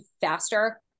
faster